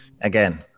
again